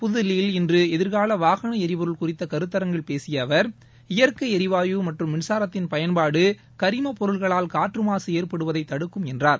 புத்தில்லியில் இன்று எதிர்கால வாகன எரிபொருள் குறித்த கருத்தரங்கில் பேசிய அவர் இயற்கை எரிவாயு மற்றும் மின்சாரத்தின் பயன்பாடு கரிம பொருட்களால் காற்றுமாசு ஏற்படுவதை தடுக்கும் என்றார்